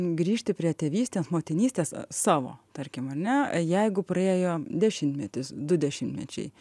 grįžti prie tėvystės motinystės savo tarkim ar ne jeigu praėjo dešimtmetis du dešimtmečiai